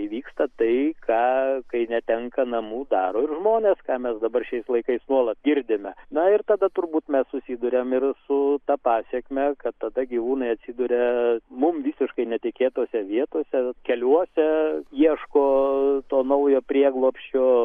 įvyksta tai ką kai netenka namų daro ir žmonės ką mes dabar šiais laikais nuolat girdime na ir tada turbūt mes susiduriame ir su ta pasekme kad tada gyvūnai atsiduria mum visiškai netikėtose vietose keliuose ieško to naujo prieglobsčio